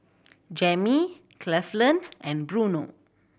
Jami Cleveland and Bruno